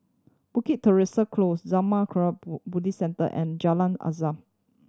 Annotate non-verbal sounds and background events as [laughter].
Bukit Teresa Close Zurmang Kagyud [unintelligible] Buddhist Centre and Jalan Azam